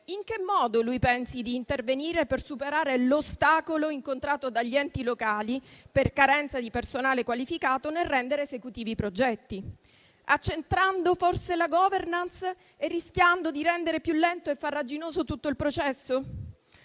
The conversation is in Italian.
in che modo pensa di intervenire per superare l'ostacolo incontrato dagli enti locali, per carenza di personale qualificato, nel rendere esecutivi i progetti. Accentrando forse la *governance* e rischiando di rendere più lento e farraginoso tutto il processo?